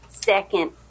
second